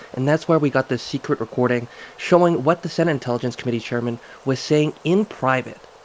and that's where we got this secret recording showing what the senate intelligence committee chairman was saying in private.